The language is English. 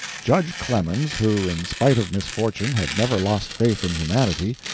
judge clemens, who, in spite of misfortune, had never lost faith in humanity,